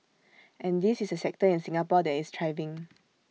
and this is A sector in Singapore that is thriving